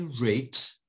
rate